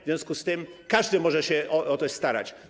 W związku z tym każdy może się o coś starać.